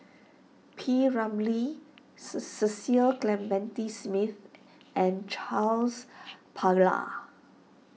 P Ramlee Cecil Clementi Smith and Charles Paglar